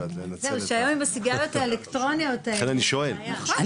זהו שהיום עם הסיגריות האלקטרוניות האלה זה בעיה.